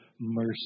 mercy